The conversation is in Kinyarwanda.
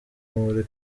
buri